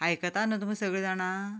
आयकतात न्ही तुमी सगळीं जाणा